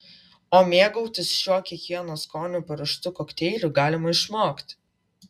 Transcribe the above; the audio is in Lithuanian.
o mėgautis šiuo kiekvieno skoniui paruoštu kokteiliu galima išmokti